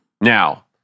now